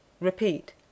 Repeat